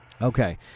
Okay